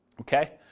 Okay